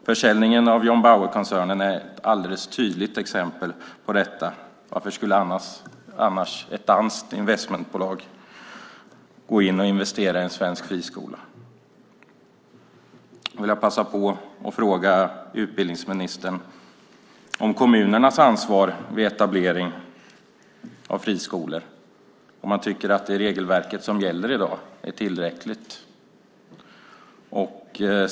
Försäljningen av John Bauer-koncernen är ett alldeles tydligt exempel på detta. Varför skulle annars ett danskt investmentbolag gå in och investera i en svensk friskola? Jag vill passa på att fråga utbildningsministern om kommunernas ansvar vid etablering av friskolor och om han tycker att det regelverk som gäller i dag är tillräckligt.